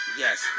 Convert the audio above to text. yes